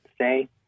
say